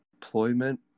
deployment